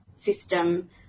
system